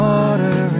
Water